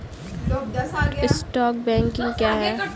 Stock broking क्या है?